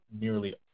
nearly